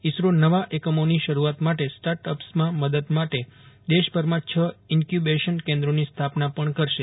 ઇસરો નવા એકમોની શરૂઆત માટે સ્ટાર્ટઅપ્સમાં મદદ માટે દેશભરમાં છ ઈન્ક્યુબેશન કેન્દ્રોની સ્થાપના પજ્ઞ કરશે